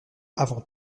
avant